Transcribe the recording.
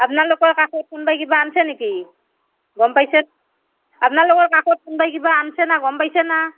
আপোনালোকৰ কাষত কোনবাই কিবা আনছে নেকি গম পাইছে আপোনালোকৰ কাষত কোনবাই কিবা আনছে না গম পাইছে না